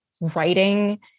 writing